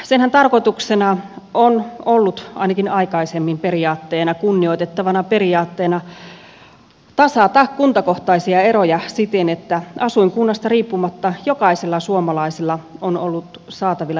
sen tarkoituksenahan on ollut ainakin aikaisemmin periaate kunnioitettava periaate tasata kuntakohtaisia eroja siten että asuinkunnasta riippumatta jokaisella suomalaisella on ollut saatavilla yhdenvertaiset palvelut